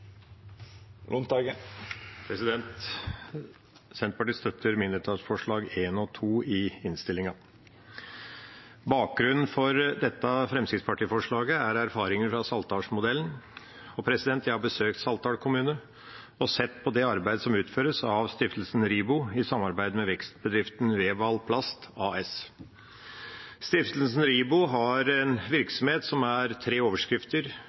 Senterpartiet støtter mindretallsforslag 1 og 2 i innstillinga. Bakgrunnen for dette representantforslaget fra Fremskrittspartiet er erfaringer fra saltdalsmodellen. Jeg har besøkt Saltdal kommune og sett på det arbeidet som utføres av stiftelsen RIBO i samarbeid med vekstbedriften Vev-Al-Plast AS. Stiftelsen RIBO har en virksomhet som er tuftet på tre overskrifter: